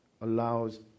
Allows